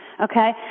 Okay